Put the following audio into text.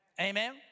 Amen